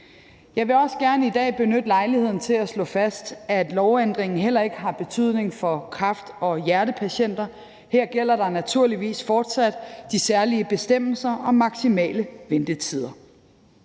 Jeg vil også gerne i dag benytte lejligheden til at slå fast, at lovændringen heller ikke har betydning for kræft- og hjertepatienter. Her gælder naturligvis fortsat de særlige bestemmelser om maksimale ventetider.